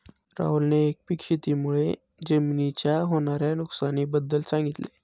राहुलने एकपीक शेती मुळे जमिनीच्या होणार्या नुकसानी बद्दल सांगितले